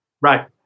Right